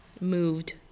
moved